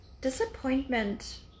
disappointment